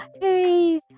Hey